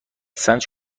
سنج